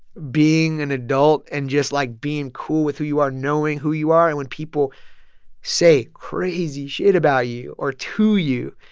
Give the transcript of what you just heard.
being an adult and just, like, like, being cool with who you are knowing who you are. and when people say crazy shit about you or to you,